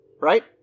right